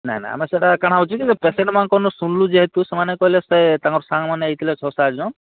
ନା ନା ଆମେ ସେଟା କାଣା ହେଉଛି କି ଯେଉଁ ପେସେଣ୍ଟମାନଙ୍କଠୁ କ'ଣ ଶୁଣିଲୁ ଯେହେତୁ ସେମାନେ କହିଲେ ସେ ତାଙ୍କର ସାଙ୍ଗମାନେ ଆଇଥିଲେ ଛଅ ସାତ ଜଣ